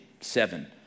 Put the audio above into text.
Seven